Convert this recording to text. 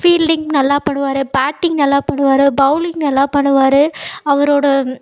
fielding நல்லா பண்ணுவாரு batting நல்லா பண்ணுவாரு பௌலிங் நல்லா பண்ணுவாரு அவரோடய